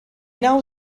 now